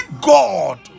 god